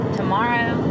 tomorrow